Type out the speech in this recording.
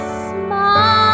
smile